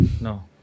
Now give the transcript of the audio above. No